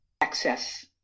access